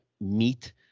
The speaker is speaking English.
meet